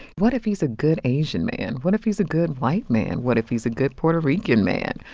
what if he's a good asian man? what if he's a good white man? what if he's a good puerto rican man?